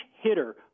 hitter